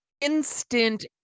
instant